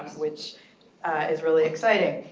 which is really exciting,